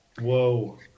whoa